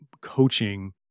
coaching